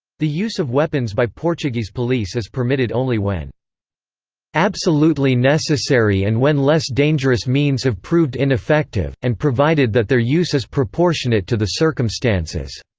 the use of weapons by portuguese police is permitted only when absolutely necessary and when less dangerous means have proved ineffective, and provided that their use is proportionate to the circumstances